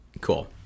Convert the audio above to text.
cool